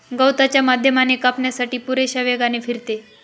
गवताच्या माध्यमाने कापण्यासाठी पुरेशा वेगाने फिरते